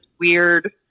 weird